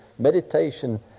meditation